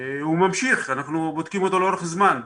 הוא ממשיך, אנחנו בודקים אותו לאורך זמן.